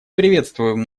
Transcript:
приветствуем